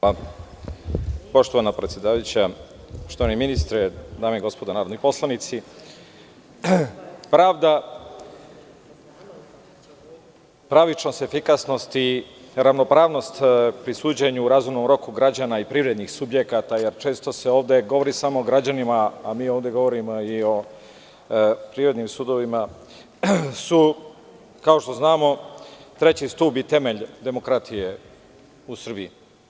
Poštovana predsedavajuća, poštovani ministre, dame i gospodo narodni poslanici, pravda, pravičnost i efikasnost i ravnopravnost u presuđivanje u razumnom roku građana i privrednih subjekata, jer često se ovde govori samo građanima, a mi ovde govorimo i o privrednim sudovima koji su kao što znamo treći stub i temelj demokratije u Srbiji.